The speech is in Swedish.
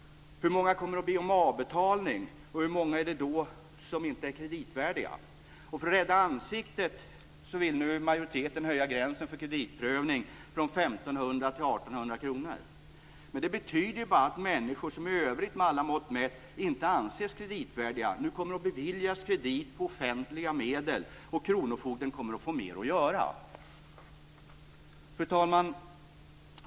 Hur många kommer att be om avbetalning, och hur många är det då som inte är kreditvärdiga? För att rädda ansiktet vill nu majoriteten höja gränsen för kreditprövning från 1 500 till 1 800 kr. Det betyder ju bara att människor som i övrigt, med alla mått mätt, inte anses kreditvärdiga nu kommer att beviljas kredit på offentliga medel, och kronofogdarna kommer att få ännu mer att göra. Fru talman!